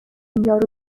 یارو